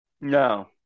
No